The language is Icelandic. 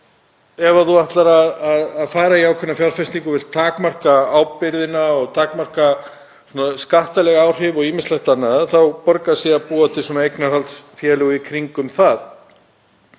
og ef þú ætlar að fara í ákveðnar fjárfestingar og vilt takmarka ábyrgðina og takmarka skattaleg áhrif og ýmislegt annað þá borgar sig að búa til eignarhaldsfélög í kringum það.